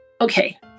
Okay